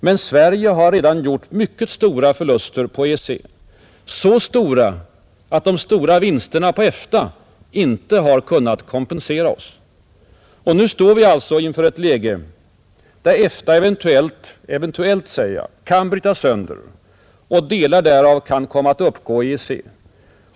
Men Sverige har redan gjort mycket stora förluster på EEC, så stora att vinsterna på EFTA inte har kunnat kompensera oss. Och nu står vi inför ett läge där EFTA eventuellt kan brytas sönder och delar därav komma att uppgå i EEC.